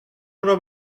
اونو